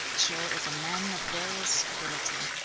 ch'iu is a man of various ability